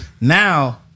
Now